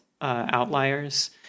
Outliers